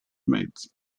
mezzi